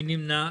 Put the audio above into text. מי נמנע?